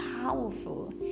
powerful